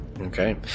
Okay